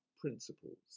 principles